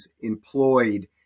employed